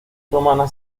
romana